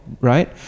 right